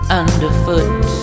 underfoot